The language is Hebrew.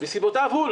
מסיבותיו הוא.